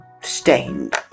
Stained